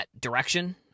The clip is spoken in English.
direction